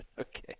Okay